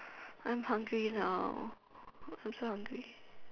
I'm hungry now I'm so hungry